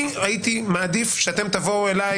אני הייתי מעדיף שאתם תבואו אלי